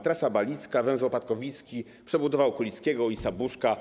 Trasa Balicka, węzeł opatkowicki, przebudowa Okulickiego i Buszka.